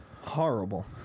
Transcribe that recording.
horrible